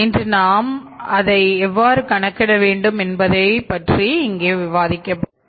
இன்று நானும் அதை எவ்வாறு கணக்கிட வேண்டும் என்பதைப் பற்றி இங்கே விவாதிக்க போகிறேன்